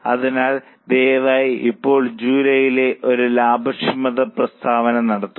അതിനാൽ ദയവായി ഇപ്പോൾ ജൂലൈയിലെ ഒരു ലാഭക്ഷമത പ്രസ്താവന നടത്തുക